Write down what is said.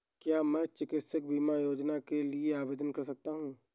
क्या मैं चिकित्सा बीमा योजना के लिए आवेदन कर सकता हूँ?